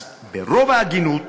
אז ברוב ההגינות,